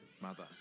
mother